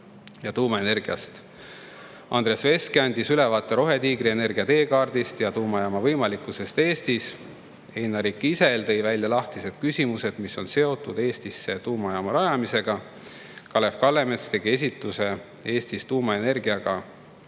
ja tuumaenergiast. Andres Veske andis ülevaate Rohetiigri energiateekaardist ja tuumajaama võimalikkusest Eestis. Einari Kisel tõi välja lahtised küsimused, mis on seotud Eestisse tuumajaama rajamisega. Kalev Kallemets tegi esitluse Eestis tuumaenergiaga